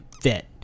fit